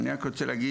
בהחלט.